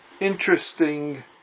interesting